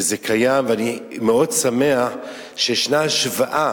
וזה קיים ואני מאוד שמח שישנה השוואה.